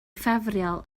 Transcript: ffafriol